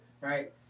right